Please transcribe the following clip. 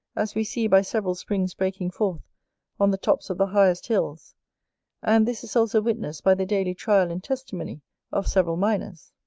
as we see by several springs breaking forth on the tops of the highest hills and this is also witnessed by the daily trial and testimony of several miners.